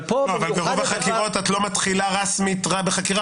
אבל פה במיוחד --- אבל ברוב החקירות את לא מצליחה רסמית רק בחקירה,